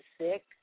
sick